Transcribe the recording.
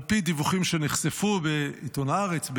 על פי דיווחים שנחשפו בעיתון הארץ,